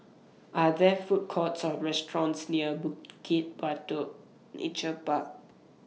Are There Food Courts Or restaurants near Bukit Batok Nature Park